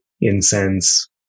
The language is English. incense